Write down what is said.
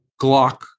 Glock